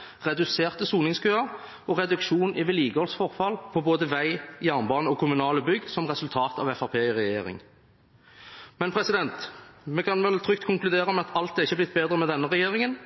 reduserte helsekøer, reduserte soningskøer og reduksjon i vedlikeholdsforfall på både vei, jernbane og kommunale bygg som resultat av Fremskrittspartiet i regjering. Men vi kan vel trygt konkludere med at alt er ikke blitt bedre med denne regjeringen –